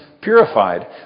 purified